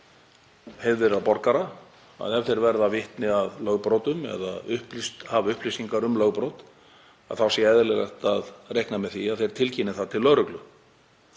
heiðvirðra borgara að ef þeir verða vitni að lögbrotum eða hafa upplýsingar um lögbrot sé eðlilegt að reikna með því að þeir tilkynni það til lögreglu.